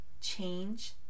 change